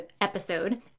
episode